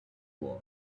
was